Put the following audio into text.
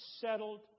settled